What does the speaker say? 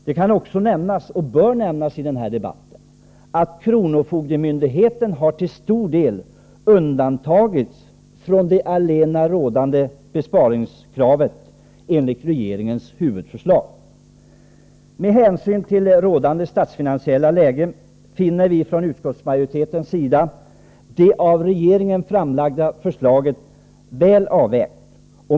Man kan också nämna, och bör nämna i den här debatten, att kronofogdemyndigheterna till stor del har undantagits från det allmänt rådande besparingskravet enligt regeringens huvudförslag. Med hänsyn till rådande statsfinansiella läge finner vi från utskottsmajoritetens sida det av regeringen framlagda förslaget väl avvägt.